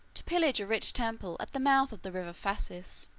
to pillage a rich temple at the mouth of the river phasis.